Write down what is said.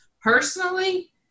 Personally